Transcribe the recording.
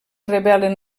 revelen